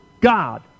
God